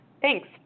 Thanks